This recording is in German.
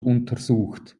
untersucht